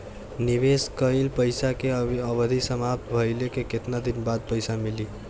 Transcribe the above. निवेश कइल पइसा के अवधि समाप्त भइले के केतना दिन बाद पइसा मिली?